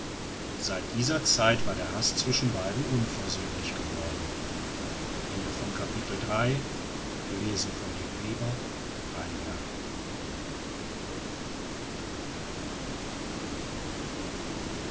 seit dieser zeit war der haß zwischen beiden unversöhnlich geworden